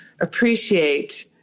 appreciate